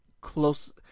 close